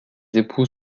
époux